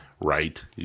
Right